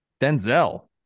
Denzel